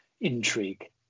intrigue